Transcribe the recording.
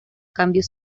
cambios